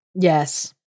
Yes